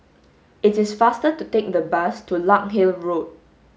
it's is faster to take the bus to Larkhill Road